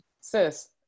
sis